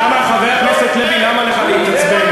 למה, למה לך, חבר הכנסת לוי, להתעצבן?